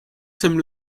sème